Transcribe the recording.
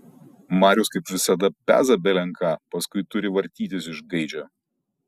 marius kaip visada peza belen ką paskui turi vartytis iš gaidžio